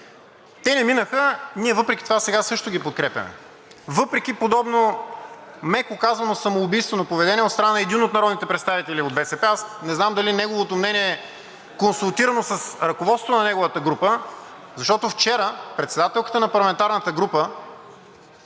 Те не минаха. Ние въпреки това сега също ги подкрепяме, въпреки подобно, меко казано, самоубийствено поведение от страна на един от народните представители от БСП. Аз не знам дали неговото мнение е консултирано с ръководството на неговата група, защото вчера председателката на парламентарната група